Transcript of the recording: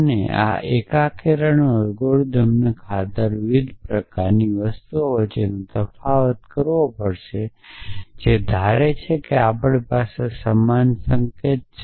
તમારે આ એકીકરણ અલ્ગોરિધમનો ખાતર વિવિધ પ્રકારની વસ્તુઓ વચ્ચે તફાવત કરવો પડશે જે ધારે છે કે આપણી પાસે સમાન સંકેત છે